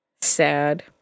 sad